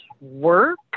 work